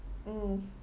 mm